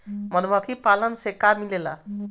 मधुमखी पालन से का मिलेला?